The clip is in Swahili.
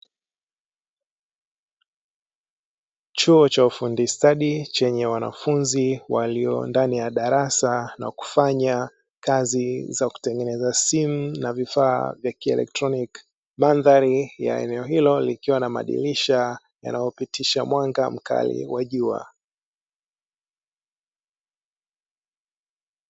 Chuo cha ufundi stadi chenye wanafunzi walio ndani ya darasa, na kufanya kazi za kutengeneza simu na vifaa vya kielektroniki. Mandhari ya eneo hilo likiwa na madirisha, yanayopitisha mwanga mkali wa jua.